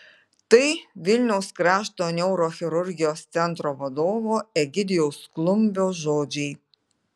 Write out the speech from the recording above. tai vilniaus krašto neurochirurgijos centro vadovo egidijaus klumbio žodžiai